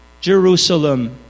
Jerusalem